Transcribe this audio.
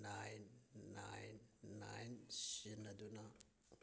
nine ꯅꯥꯏꯅ ꯅꯥꯏꯟ ꯁꯤꯖꯤꯟꯅꯗꯨꯅ